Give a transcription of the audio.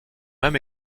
même